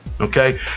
Okay